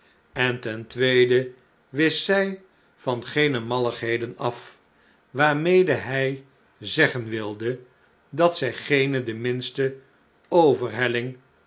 en ten tweede wist zij van geene malligheden af waarmede hij zeggen wilde dat tijd